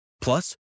Plus